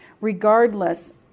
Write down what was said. Regardless